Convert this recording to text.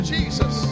Jesus